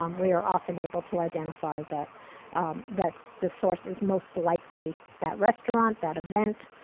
um we are often able to identify that that the source is most likely that restaurant, that event,